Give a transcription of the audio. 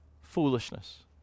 Foolishness